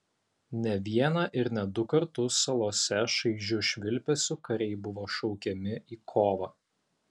ne vieną ir ne du kartus salose šaižiu švilpesiu kariai buvo šaukiami į kovą